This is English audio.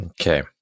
Okay